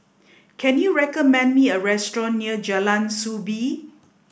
can you recommend me a restaurant near Jalan Soo Bee